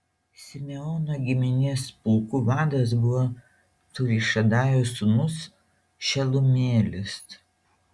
simeono giminės pulkų vadas buvo cūrišadajo sūnus šelumielis